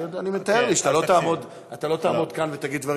אני מתאר לי שאתה לא תעמוד כאן ותגיד דברים